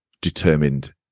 determined